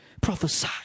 Prophesy